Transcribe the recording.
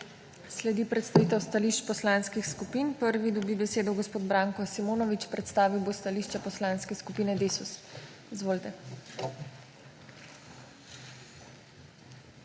Sledi predstavitev stališč poslanskih skupin. Prvi dobi besedo gospod Branko Simonovič, predstavil bo stališče Poslanske skupine Desus. Izvolite.